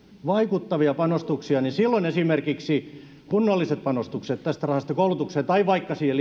vaikuttavia panostuksia niin silloin esimerkiksi kunnolliset panostukset tästä rahasta koulutukseen tai vaikka siihen